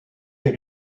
les